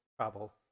travel